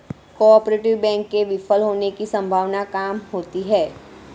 cooperative bank के विफल होने की सम्भावना काम होती है